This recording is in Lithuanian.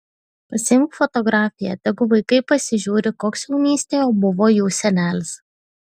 pasiimk fotografiją tegu vaikai pasižiūri koks jaunystėje buvo jų senelis